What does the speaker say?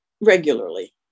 regularly